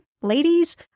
ladies